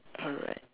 alright